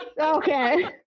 Okay